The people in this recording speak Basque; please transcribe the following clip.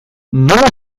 nola